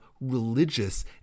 religious